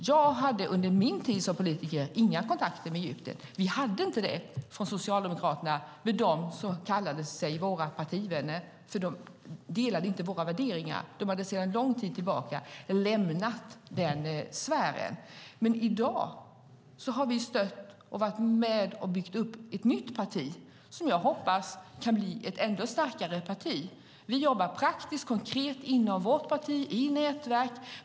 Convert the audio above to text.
Jag hade under min tid som politiker inga kontakter med Egypten. Vi i Socialdemokraterna hade inga kontakter med dem som kallade sig våra partivänner, för de delade inte våra värderingar. De hade sedan lång tid tillbaka lämnat den sfären. Men i dag har vi stött och varit med och byggt upp ett nytt parti som jag hoppas kan bli ett ännu starkare parti. Vi jobbar praktiskt, konkret inom vårt parti i nätverk.